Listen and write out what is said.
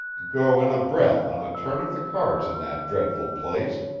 go in a breath on a turn of the cards in that dreadful place.